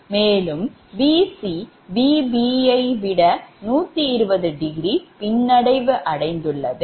மேலும் Vc Vb வை விட 120° பின்னடைவு அடைந்துள்ளது